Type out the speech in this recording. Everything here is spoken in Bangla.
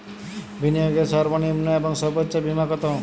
বিনিয়োগের সর্বনিম্ন এবং সর্বোচ্চ সীমা কত?